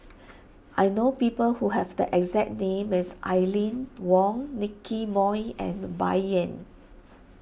I know people who have the exact name as Aline Wong Nicky Moey and Bai Yan